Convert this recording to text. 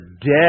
dead